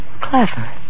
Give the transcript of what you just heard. clever